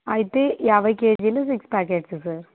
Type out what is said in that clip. అయితే యాభై కేజీలు సిక్స్ ప్యాకెట్స్ సార్